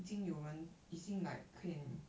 已经有人已经 like can